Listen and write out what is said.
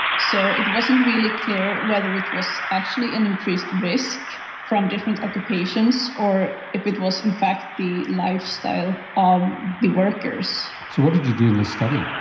so it wasn't really clear whether it was actually an increased risk from different occupations or if it was in fact the lifestyle of the workers. so what did you do in this study?